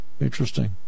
Interesting